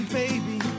baby